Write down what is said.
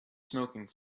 smoking